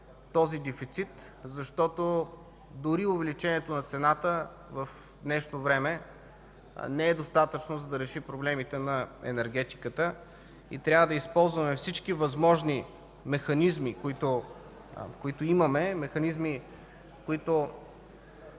този дефицит, защото дори увеличението на цената в днешно време не е достатъчно, за да реши проблемите на енергетиката. Трябва да използваме всички възможни механизми, които имаме, механизми, които